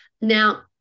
Now